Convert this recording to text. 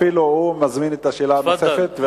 אפילו הוא מזמין את השאלה הנוספת.